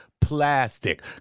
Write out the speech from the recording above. plastic